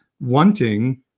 wanting